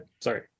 Sorry